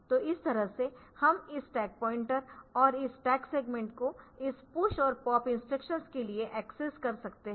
तो इस तरह से हम इस स्टैक पॉइंटर और इस स्टैक सेगमेंट को इस पुश और पॉप इंस्ट्रक्शंस के लिए एक्सेस कर सकते है